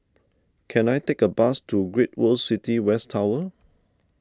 can I take a bus to Great World City West Tower